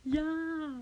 ya